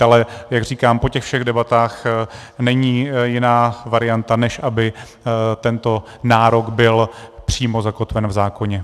Ale jak říkám, po těch všech debatách není jiná varianta, než aby tento nárok byl přímo zakotven v zákoně.